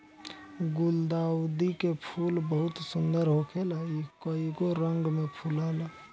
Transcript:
गुलदाउदी के फूल बहुत सुंदर होखेला इ कइगो रंग में फुलाला